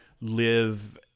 live